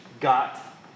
got